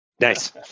Nice